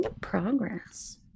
progress